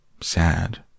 Sad